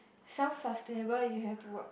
self sustainable you have to work